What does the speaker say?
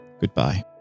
goodbye